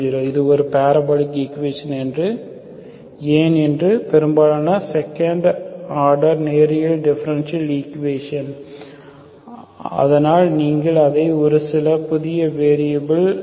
உங்களுக்குத் தெரிந்தவுடன் ரெடுஸ் செய்யப்பட்ட ஈக்குவேஷன் முதல் ஆர்டர் டெரிவேடிவ் இல்லாமல் செகண்ட் ஆர்டர் மட்டுமே அதில் இருக்கும் அது எளிமையான ஃபார்மில் இருந்தால் சால்வ் செய்ய முடியும் என எதிர்பார்க்கலாம்